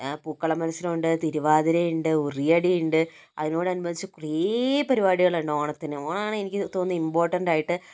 പൂക്കള മത്സരമുണ്ട് തിരുവാതിരയുണ്ട് ഉറിയടിയുണ്ട് അതിനോടനുബന്ധിച്ച് കുറെ പരിപാടികളുണ്ട് ഓണത്തിന് ഓണമാണ് എനിക്ക് തോന്നിയ ഇമ്പോർട്ടന്റ്റ് ആയിട്ട്